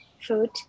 food